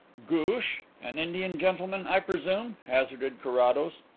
ghoosh? an indian gentleman, i presume? hazarded carrados.